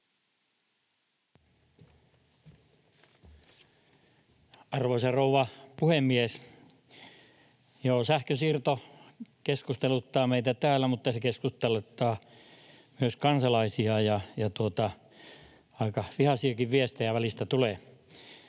Arvoisa rouva puhemies! Joo, sähkönsiirto keskusteluttaa meitä täällä, mutta se keskusteluttaa myös kansalaisia, ja aika vihaisiakin viestejä välistä tulee.